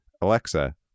Alexa